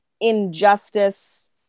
injustice